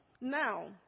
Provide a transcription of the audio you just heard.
now